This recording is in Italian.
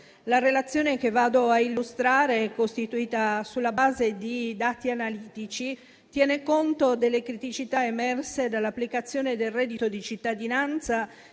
La relazione che vado a illustrare è costituita sulla base di dati analitici, tiene conto delle criticità emerse dall'applicazione del reddito di cittadinanza